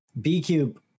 B-Cube